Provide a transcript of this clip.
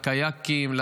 לקיאקים,